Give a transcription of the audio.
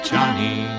Johnny